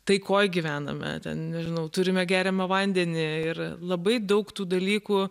taikoj gyvename ten žinau turime geriamą vandenį ir labai daug tų dalykų